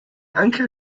anker